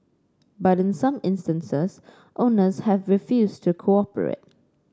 but in some instances owners have refused to cooperate